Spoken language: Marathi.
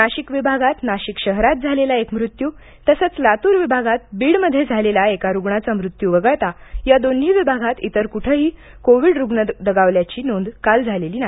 नाशिक विभागात नाशिक शहरात झालेला एक मृत्यू तसंच लातूर विभागात बीड मध्ये झालेला एका रुग्णाचा मृत्यू वगळता या दोन्ही विभागात इतर कुठेही कोविड रुग्ण दगावल्याची नोंद काल झाली नाही